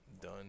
Done